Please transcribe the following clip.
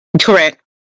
Correct